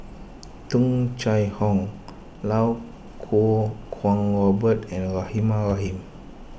Tung Chye Hong Lau Kuo Kwong Robert and Rahimah Rahim